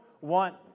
want